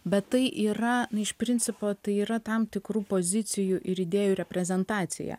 bet tai yra iš principo tai yra tam tikrų pozicijų ir idėjų reprezentacija